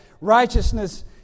righteousness